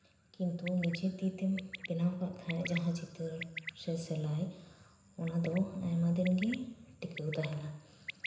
ᱠᱤᱱᱛᱩ ᱱᱤᱡᱮ ᱛᱤ ᱛᱮᱢ ᱵᱮᱱᱟᱣ ᱠᱟᱜ ᱠᱷᱟᱱ ᱡᱟᱦᱟᱸ ᱪᱤᱛᱟᱹᱨ ᱥᱮ ᱥᱮᱞᱟᱭ ᱚᱱᱟ ᱫᱚ ᱟᱭᱢᱟ ᱫᱤᱱᱜᱮ ᱴᱤᱠᱟᱹᱣ ᱛᱟᱦᱮᱸᱱᱟ